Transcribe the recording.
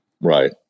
Right